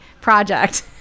project